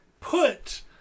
put